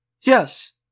Yes